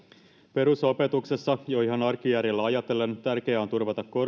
perusopetuksessa jo ihan arkijärjellä ajatellen tärkeää on turvata